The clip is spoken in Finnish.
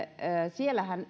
siellähän